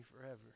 forever